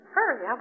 Hurry